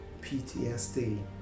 PTSD